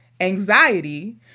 anxiety